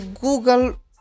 google